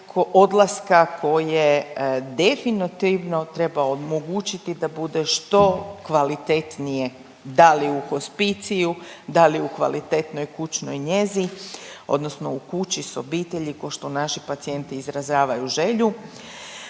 odlaska koje definitivno treba omogućiti da bude što kvalitetnije, da li u hospiciju, da li u kvalitetnoj kućnoj njezi odnosno u kući s obitelji košto naši pacijenti izražavaju želju.